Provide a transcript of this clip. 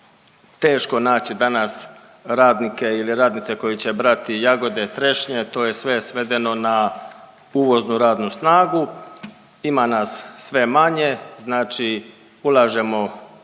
teško naći danas radnike ili radnice koji će brati jagode, trešnje, to je sve svedeno na uvoznu radnu snagu. Ima nas sve manje, znači ulažemo